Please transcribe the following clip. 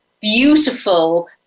beautiful